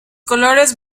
colores